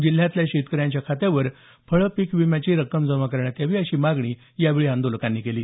जिल्ह्यातल्या शेतकऱ्यांच्या खात्यावर फळ पीक विम्याची रक्कम जमा करण्यात यावी अशी मागणी यावेळी आंदोलकांनी केली